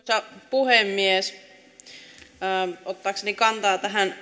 arvoisa puhemies on ottaakseni kantaa tähän